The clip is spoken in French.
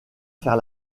faire